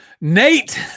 Nate